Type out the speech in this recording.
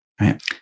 Right